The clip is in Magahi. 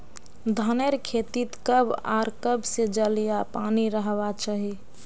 धानेर खेतीत कब आर कब से जल या पानी रहबा चही?